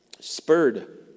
spurred